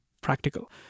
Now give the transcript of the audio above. practical